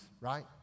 right